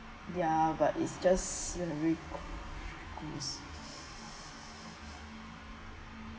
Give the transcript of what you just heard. ya but it just very gross